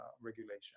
regulation